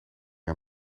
aan